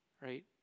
Right